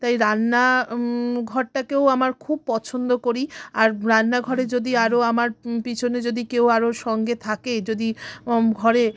তাই রান্না ঘরটাকেও আমার খুব পছন্দ করি আর রান্নাঘরে যদি আরও আমার পিছনে যদি কেউ আরও সঙ্গে থাকে যদি ঘরে